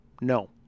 No